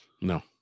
No